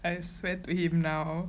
I swear to him now